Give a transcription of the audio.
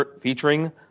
featuring